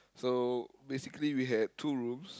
so basically we had two rooms